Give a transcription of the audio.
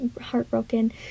heartbroken